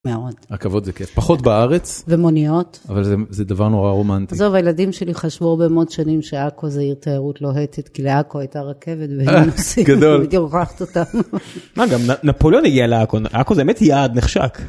מאוד. רכבות זה כיף, פחות בארץ, ומוניות, אבל זה דבר נורא רומנטי. עזוב, הילדים שלי חשבו הרבה מאוד שנים שעכו זה עיר תיירות לוהטת, כי לעכו הייתה רכבת, והיינו נוסעים, והייתי לוקחת אותם. מה גם, נפוליאון הגיע לעכו, עכו זה באמת יעד נחשק.